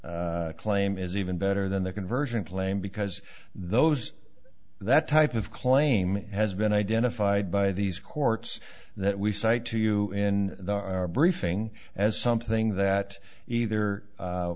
claim is even better than the conversion claim because those that type of claim has been identified by these courts that we cite to you in the briefing as something that either